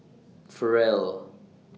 Farrell